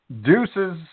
Deuces